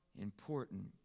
important